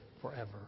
forever